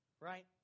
Right